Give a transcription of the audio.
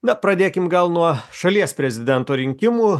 na pradėkim gal nuo šalies prezidento rinkimų